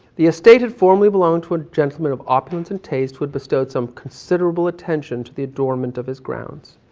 the estate had formerly belonged to a gentleman of opulence and taste, who had bestowed some considerable attention to the adornment of his grounds.